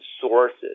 sources